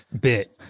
bit